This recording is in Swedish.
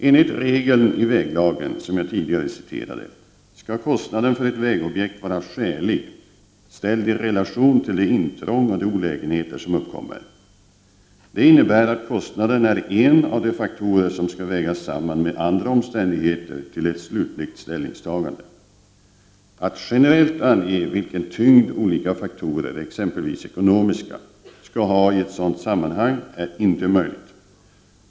Enligt regeln i väglagen, som jag tidigare citerade, skall kostnaden för ett vägobjekt vara skälig ställd i relation till det intrång och de olägenheter som uppkommer. Det innebär att kostnaden är en av de faktorer som skall vägas samman med andra omständigheter till ett slutligt ställningstagande. Att generellt ange vilken tyngd olika faktorer, exempelvis ekonomiska, skall ha i ett sådant sammanhang är inte möjligt.